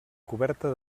coberta